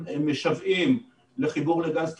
הם משוועים לחיבור לגז טבעי,